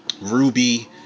ruby